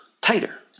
tighter